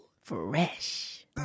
Fresh